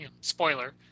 spoiler